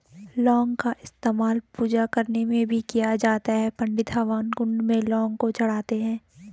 लौंग का इस्तेमाल पूजा करने में भी किया जाता है पंडित हवन कुंड में लौंग को चढ़ाते हैं